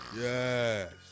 Yes